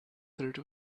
third